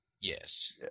Yes